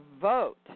vote